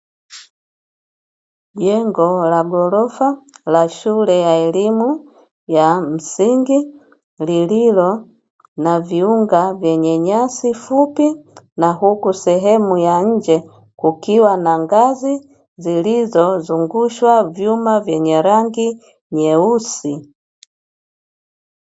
Jengo la ghorofa la shule ya elimu ya msingi lililo na viunga vyenye nyasi fupi, na huku sehemu ya nje kukiwa na ngazi zilizozungushwa vyuma vyenye rangi nyeusi.